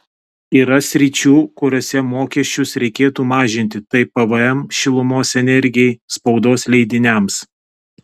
yra sričių kuriose mokesčius reikėtų mažinti tai pvm šilumos energijai spaudos leidiniams